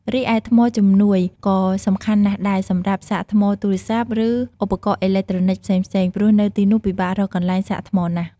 រីឯ ថ្មជំនួយ ក៏សំខាន់ណាស់ដែរសម្រាប់សាកថ្មទូរស័ព្ទ ឬឧបករណ៍អេឡិចត្រូនិកផ្សេងៗ ព្រោះនៅទីនោះពិបាករកកន្លែងសាកថ្មណាស់។